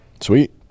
Sweet